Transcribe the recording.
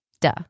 duh